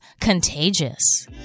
contagious